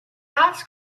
ask